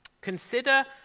Consider